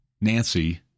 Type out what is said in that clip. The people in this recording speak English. Nancy